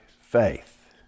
faith